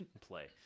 play